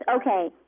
okay